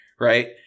Right